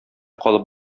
калып